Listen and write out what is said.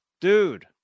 Dude